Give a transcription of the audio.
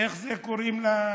איך זה קוראים לזה,